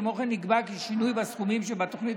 כמו כן נקבע כי שינוי בסכומים שבתוכנית